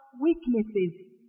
weaknesses